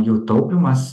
jų taupymas